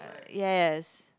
uh yes